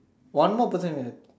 one more person and